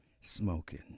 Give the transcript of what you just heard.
smoking